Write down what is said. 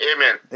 Amen